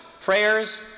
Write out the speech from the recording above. prayers